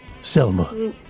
Selma